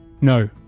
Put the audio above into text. No